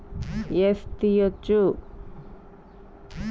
Account ల పైసల్ card నుండి ఏ.టి.ఎమ్ లా తియ్యచ్చా?